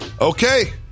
Okay